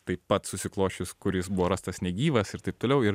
taip pat susiklosčius kur jis buvo rastas negyvas ir taip toliau ir